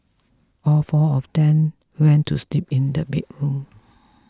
all four of them then went to sleep in the bedroom